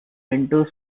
into